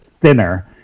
thinner